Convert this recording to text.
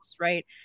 right